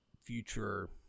future